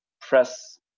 press